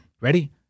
Ready